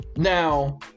now